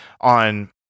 on